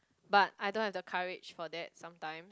but I don't have the courage for that sometime